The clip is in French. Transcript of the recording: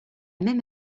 même